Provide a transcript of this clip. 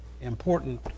important